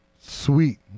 Sweet